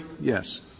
Yes